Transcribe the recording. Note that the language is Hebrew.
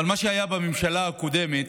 אבל מה שהיה בממשלה הקודמת,